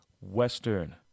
western